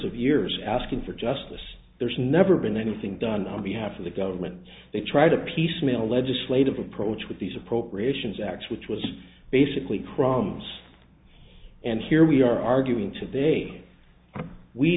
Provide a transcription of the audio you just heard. of years asking for justice there's never been anything done on behalf of the government they tried to piecemeal legislative approach with these appropriations acts which was basically proms and here we are arguing today we